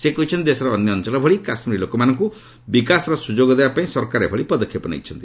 ସେ କହିଛନ୍ତି ଦେଶର ଅନ୍ୟ ଅଞ୍ଚଳ ଭଳି କାଶ୍ମୀର ଲୋକମାନଙ୍କୁ ବିକାଶର ସୁଯୋଗ ଦେବାପାଇଁ ସରକାର ଏଭଳି ପଦକ୍ଷେପ ନେଇଛନ୍ତି